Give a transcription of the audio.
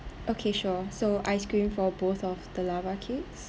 okay sure so ice cream for both of the lava cakes